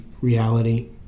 reality